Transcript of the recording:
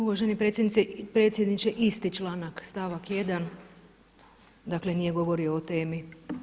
Uvaženi predsjedniče, isti članak stavak 1. dakle nije govorio o temi.